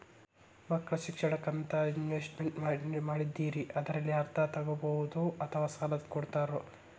ಮಕ್ಕಳ ಶಿಕ್ಷಣಕ್ಕಂತ ಇನ್ವೆಸ್ಟ್ ಮಾಡಿದ್ದಿರಿ ಅದರಲ್ಲಿ ಅರ್ಧ ತೊಗೋಬಹುದೊ ಅಥವಾ ಸಾಲ ಕೊಡ್ತೇರೊ?